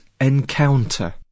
Encounter